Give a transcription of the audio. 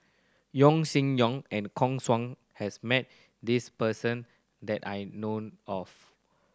Yeo Shih Yun and Koh Guan Song has met this person that I know of